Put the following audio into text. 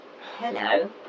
Hello